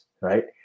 right